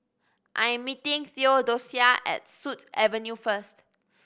I am meeting Theodocia at Sut Avenue first